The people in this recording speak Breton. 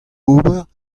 ober